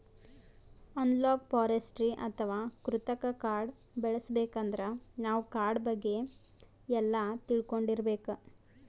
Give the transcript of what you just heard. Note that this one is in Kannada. ಅನಲಾಗ್ ಫಾರೆಸ್ಟ್ರಿ ಅಥವಾ ಕೃತಕ್ ಕಾಡ್ ಬೆಳಸಬೇಕಂದ್ರ ನಾವ್ ಕಾಡ್ ಬಗ್ಗೆ ಎಲ್ಲಾ ತಿಳ್ಕೊಂಡಿರ್ಬೇಕ್